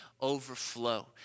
overflow